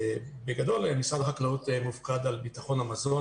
בגדול, משרד החקלאות מופקד על ביטחון המזון